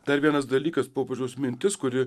dar vienas dalykas popiežiaus mintis kuri